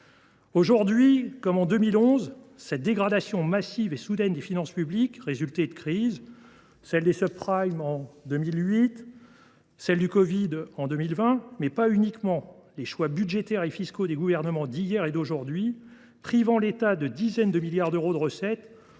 Aujourd’hui, comme en 2008 ou en 2020, la dégradation massive et soudaine des finances publiques résulte d’une crise – celle des en 2008, celle de la covid 19 en 2020 –, mais pas uniquement : les choix budgétaires et fiscaux des gouvernements d’hier et d’aujourd’hui, privant l’État de dizaines de milliards d’euros de recettes,